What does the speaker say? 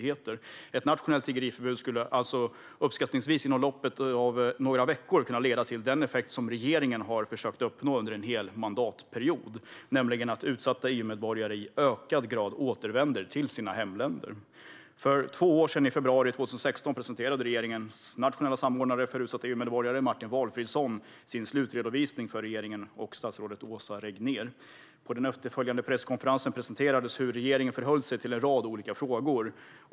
Ett nationellt tiggeriförbud skulle uppskattningsvis inom loppet av några veckor kunna ge den effekt som regeringen har försökt uppnå under hela mandatperioden: att utsatta EU-medborgare i ökad grad återvänder till sina hemländer. För två år sedan, i februari 2016, presenterade regeringens nationella samordnare för utsatta EU-medborgare, Martin Valfridsson, sin slutredovisning för regeringen och statsrådet Åsa Regnér. På den efterföljande presskonferensen presenterades hur regeringen förhöll sig till en rad frågor.